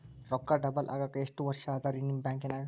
ರೊಕ್ಕ ಡಬಲ್ ಆಗಾಕ ಎಷ್ಟ ವರ್ಷಾ ಅದ ರಿ ನಿಮ್ಮ ಬ್ಯಾಂಕಿನ್ಯಾಗ?